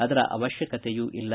ಅದರ ಅವಶ್ಯಕತೆಯೂ ಇಲ್ಲ